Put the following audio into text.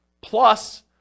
plus